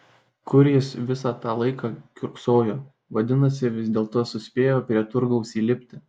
kur jis visą tą laiką kiurksojo vadinasi vis dėlto suspėjo prie turgaus įlipti